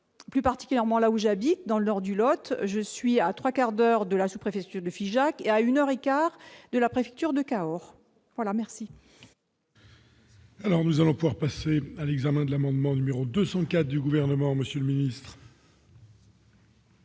plus particulièrement là où j'habite dans le nord du Lot, je suis à 3 quarts d'heure de la sous-préfecture de Figeac, à une heure et quart de la préfecture de Cahors, voilà merci. Alors, nous allons pouvoir passer à l'examen de l'amendement numéro 200 cas du gouvernement Monsieur Millon.